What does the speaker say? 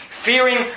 fearing